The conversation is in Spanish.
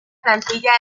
plantilla